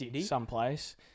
someplace